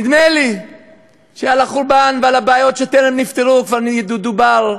נדמה לי שעל החורבן ועל הבעיות שטרם נפתרו כבר דובר,